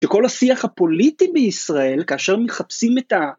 ‫שכל השיח הפוליטי בישראל, ‫כאשר מחפשים את ה...